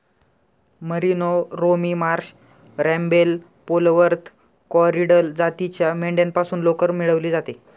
merino, Romney Marsh, रॅम्बेल, Polwarth, Corriedale जातीच्या मेंढ्यांपासून लोकर मिळवली जाते